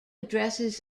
addresses